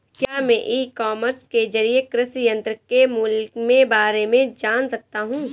क्या मैं e commerce के ज़रिए कृषि यंत्र के मूल्य में बारे में जान सकता हूँ?